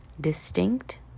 distinct